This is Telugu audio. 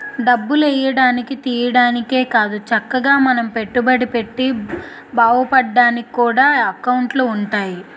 డబ్బులు ఎయ్యడానికి, తియ్యడానికే కాదు చక్కగా మనం పెట్టుబడి పెట్టి బావుపడ్డానికి కూడా ఎకౌంటులు ఉంటాయి